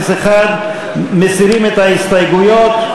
01. מסירים את ההסתייגויות,